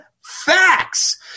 facts